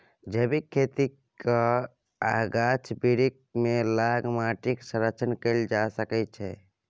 जैबिक खेती कए आ गाछ बिरीछ केँ लगा माटिक संरक्षण कएल जा सकै छै